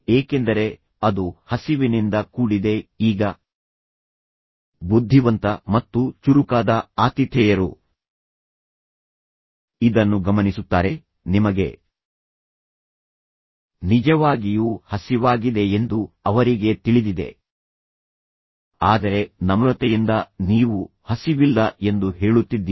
ಏಕೆಂದರೆ ಅದು ಹಸಿವಿನಿಂದ ಕೂಡಿದೆ ಈಗ ಬುದ್ಧಿವಂತ ಮತ್ತು ಚುರುಕಾದ ಆತಿಥೇಯರು ಇದನ್ನು ಗಮನಿಸುತ್ತಾರೆ ನಿಮಗೆ ನಿಜವಾಗಿಯೂ ಹಸಿವಾಗಿದೆ ಎಂದು ಅವರಿಗೆ ತಿಳಿದಿದೆ ಆದರೆ ನಮ್ರತೆಯಿಂದ ನೀವು ಹಸಿವಿಲ್ಲ ಎಂದು ಹೇಳುತ್ತಿದ್ದೀರಿ